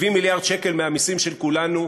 70 מיליארד שקל מהמסים של כולנו,